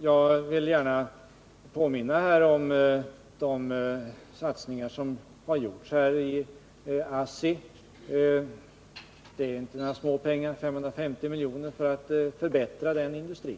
Jag vill här också gärna påminna om de satsningar som har gjorts i ASSI — det är inte några småpengar, utan 550 milj.kr. — för att förbättra den industrin.